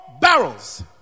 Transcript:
barrels